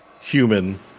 human